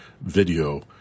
video